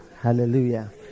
Hallelujah